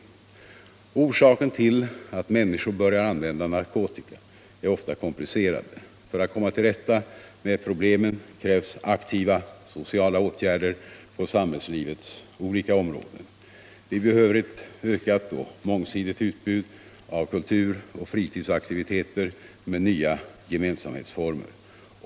Orsakerna till att människor börjar använda narkotika är ofta komplicerade. För att komma till rätta med problemen krävs aktiva sociala åtgärder på samhällslivets olika områden. Vi behöver ett ökat och mångsidigt utbud av kultur och fritidsaktiviteter med nya gemensamhetsformer.